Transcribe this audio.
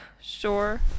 Sure